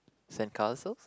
sandcastles